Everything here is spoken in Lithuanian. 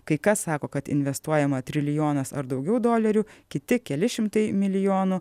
kai kas sako kad investuojama trilijonas ar daugiau dolerių kiti keli šimtai milijonų